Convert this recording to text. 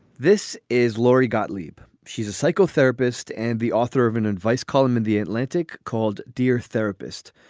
this is lori gottlieb. she's a psychotherapist and the author of an advice column in the atlantic called dear therapist.